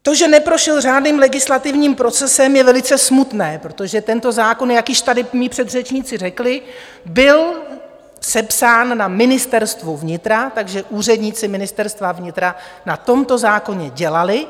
To, že neprošel řádným legislativním procesem, je velice smutné, protože tento zákon, jak již tady mí předřečníci řekli, byl sepsán na Ministerstvu vnitra, takže úředníci Ministerstva vnitra na tomto zákoně dělali.